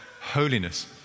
holiness